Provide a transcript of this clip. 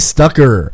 Stucker